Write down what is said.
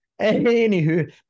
anywho